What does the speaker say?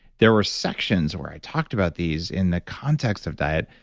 there were sections where i talked about these in the context of diet,